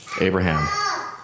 Abraham